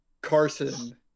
Carson